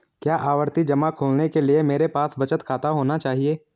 क्या आवर्ती जमा खोलने के लिए मेरे पास बचत खाता होना चाहिए?